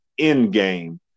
Endgame